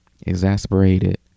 exasperated